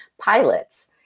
pilots